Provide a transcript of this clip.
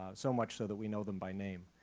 so much so that we know them by name.